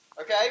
okay